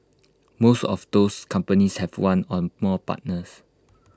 most of those companies have one or more partners